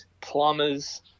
plumbers